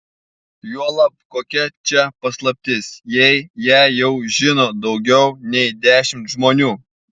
juolab kokia čia paslaptis jei ją jau žino daugiau nei dešimt žmonių